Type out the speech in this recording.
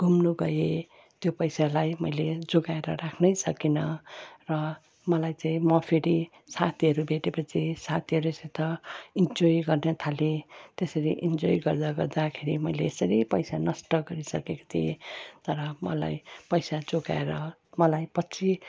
घुम्नु गएँ त्यो पैसालाई मैले जोगाएर राख्नै सकिनँ र मलाई चाहिँ म फेरि साथीहरू भेटेपछि साथीहरूसित इन्जोय गर्न थालेँ त्यसरी इन्जोय गर्दा गर्दाखेरि मैले यसरी पैसा नष्ट गरिसकेको थिएँ तर मलाई पैसा जोगाएर मलाई पछि